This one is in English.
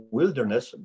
wilderness